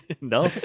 no